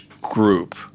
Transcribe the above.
group